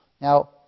Now